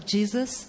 Jesus